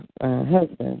husband